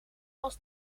als